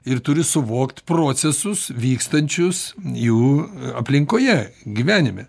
ir turi suvokt procesus vykstančius jų aplinkoje gyvenime